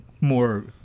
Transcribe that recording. more